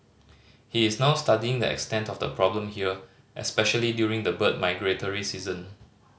he is now studying the extent of the problem here especially during the bird migratory season